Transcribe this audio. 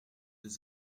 deux